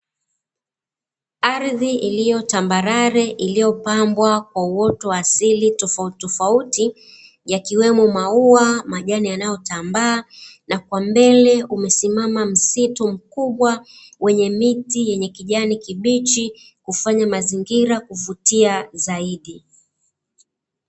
Ardhi iliyo tambarare iliyopambwa kwa uoto wa asili tofautitofauti, yakiwemo maua, majani yanayotambaa na kwa mbele umesimama msitu mkubwa, wenye miti yenye kijani kibichi, kufanya mazingira kuvutia zaidi.